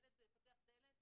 ילד פותח דלת?